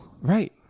Right